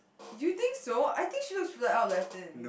you think so I think she looks right out Latin